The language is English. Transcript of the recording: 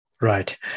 right